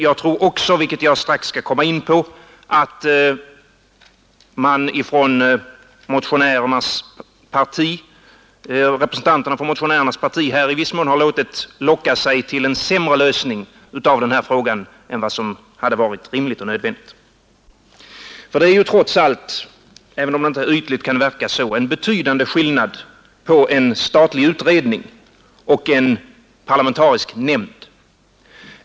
Jag tror också — vilket jag strax skall komma in på — att representanterna för motionärernas parti i viss mån låtit locka sig för en sämre lösning av denna fråga än vad som varit rimligt och nödvändigt. Det är ju trots allt — även om det inte ytligt kan verka så — en betydande skillnad på en statlig utredning och en parlamentarisk nämnd.